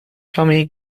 tommy